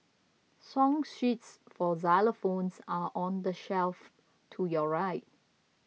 song sheets for xylophones are on the shelf to your right